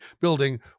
building